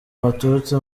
baturutse